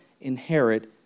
inherit